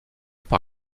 par